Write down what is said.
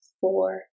four